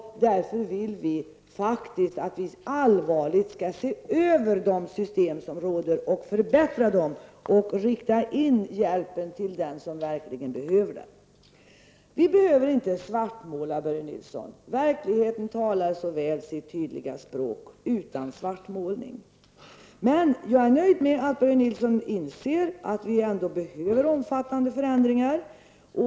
Därför vill vi faktiskt att vi skall se över de system som vi har och förbättra dem, rikta in hjälpen till den som verkligen behöver den. Vi behöver inte svartmåla, Börje Nilsson, för verkligheten talar sitt tydliga språk. Men jag är nöjd med att Börje Nilsson inser att vi ändå behöver omfattande förändringar.